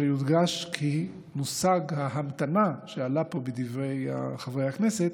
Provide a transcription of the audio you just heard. יודגש כי המושג "המתנה" שעלה פה בדברי חברי הכנסת